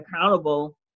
accountable